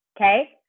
Okay